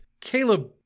Caleb